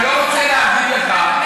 הרי אני לא רוצה להגיד לך,